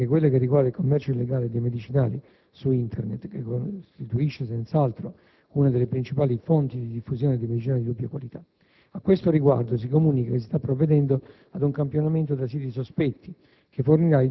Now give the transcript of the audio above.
si segnala quella che riguarda il commercio illegale dei medicinali su Internet che costituisce senz'altro una delle principali fonti di diffusione di medicinali di dubbia qualità. A questo riguardo, si comunica che si sta provvedendo ad un campionamento da siti sospetti